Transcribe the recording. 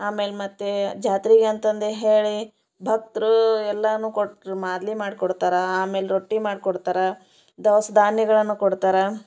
ಆಮೇಲೆ ಮತ್ತೆ ಜಾತ್ರೀಗೆ ಅಂತಂದು ಹೇಳಿ ಭಕ್ತರು ಎಲ್ಲಾ ಕೊಟ್ರು ಮಾದಲಿ ಮಾಡ್ಕೊಡ್ತಾರೆ ಆಮೇಲೆ ರೊಟ್ಟಿ ಮಾಡ್ಕೊಡ್ತಾರೆ ದವಸ ಧಾನ್ಯಗಳನ್ನ ಕೊಡ್ತಾರೆ